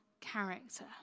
character